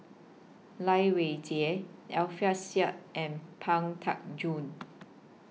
Lai Weijie Alfian Sa'at and Pang Teck Joon